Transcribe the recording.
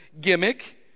gimmick